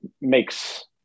makes